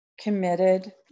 committed